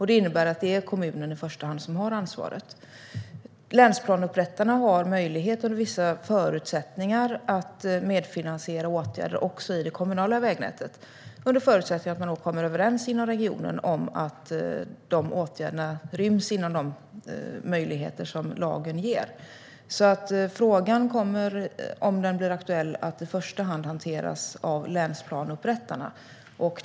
Det innebär att det i första hand är kommunen som har ansvaret. Länsplaneupprättarna har vissa möjligheter att medfinansiera åtgärder också i det kommunala vägnätet under förutsättning att man inom regionen kommer överens om att dessa åtgärder ryms inom det som lagen medger. Om frågan blir aktuell kommer den i första hand att hanteras av länsplaneupprättarna.